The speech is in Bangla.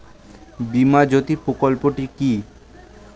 বীমা জ্যোতি প্রকল্পটি কি?